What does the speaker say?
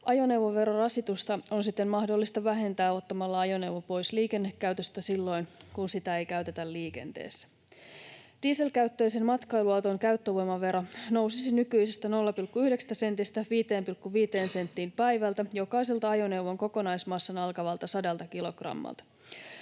Ajoneuvoverorasitusta on siten mahdollista vähentää ottamalla ajoneuvo pois liikennekäytöstä silloin, kun sitä ei käytetä liikenteessä. Dieselkäyttöisen matkailuauton käyttövoimavero nousisi nykyisestä 0,9 sentistä 5,5 senttiin päivältä jokaiselta ajoneuvon kokonaismassan alkavalta sadalta kilogrammalta.